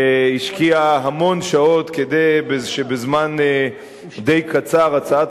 שהשקיעה המון שעות כדי שבזמן די קצר הצעת